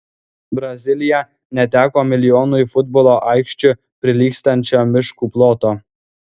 brazilija neteko milijonui futbolo aikščių prilygstančio miškų ploto